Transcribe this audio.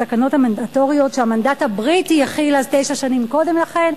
התקנות המנדטוריות שהמנדט הבריטי החיל תשע שנים קודם לכן,